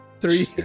three